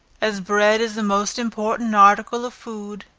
as bread is the most important article of food,